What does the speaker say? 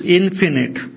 infinite